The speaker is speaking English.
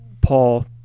Paul